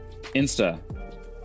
insta